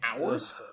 Hours